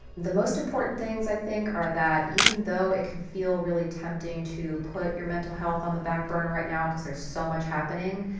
the most important things, i think, are that even though it can feel really tempting to put your mental health on the backburner right now because there's so much happening,